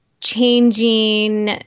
changing